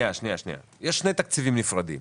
יש שני תקציבים נפרדים,